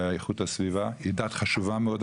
ואיכות הסביבה היא דת חשובה מאוד,